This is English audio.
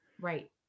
right